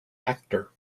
actor